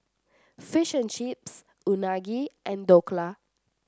Fish and Chips Unagi and Dhokla